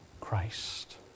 Christ